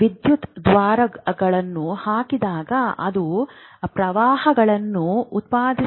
ವಿದ್ಯುದ್ವಾರಗಳನ್ನು ಹಾಕಿದಾಗ ಅದು ಪ್ರವಾಹಗಳನ್ನು ಉತ್ಪಾದಿಸುತ್ತದೆ